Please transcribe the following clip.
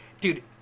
Dude